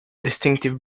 distinctive